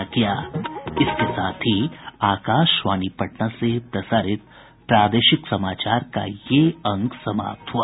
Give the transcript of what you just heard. इसके साथ ही आकाशवाणी पटना से प्रसारित प्रादेशिक समाचार का ये अंक समाप्त हुआ